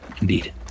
Indeed